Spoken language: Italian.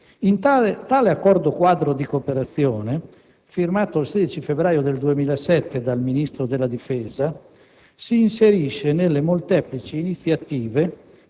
Tale Accordo quadro di cooperazione, firmato il 16 febbraio 2007 dal Ministro della difesa, si inserisce nelle molteplici iniziative